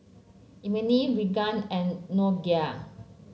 Emely Regan and Nokia